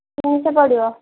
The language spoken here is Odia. ତିନିଶହ ପଡ଼ିବ